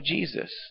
Jesus